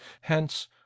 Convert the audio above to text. Hence